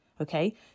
Okay